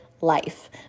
life